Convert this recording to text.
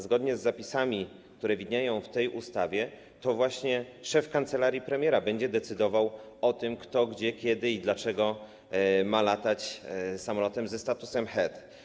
Zgodnie z zapisami, które widnieją w tej ustawie, to szef kancelarii premiera będzie decydował o tym, kto, gdzie, kiedy i dlaczego ma latać samolotem ze statusem HEAD.